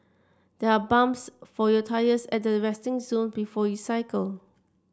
there are pumps for your tyres at the resting zone before you cycle